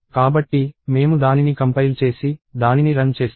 కాబట్టి మేము దానిని కంపైల్ చేసి దానిని రన్ చేస్తాము